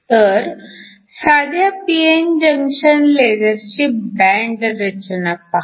तर साध्या p n junction लेझरची बँड रचना पहा